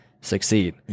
succeed